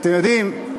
אתם יודעים,